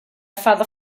father